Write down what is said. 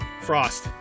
Frost